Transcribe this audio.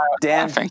dan